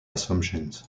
assumptions